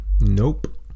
Nope